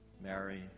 Mary